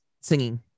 singing